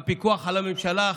את הפיקוח על הממשלה,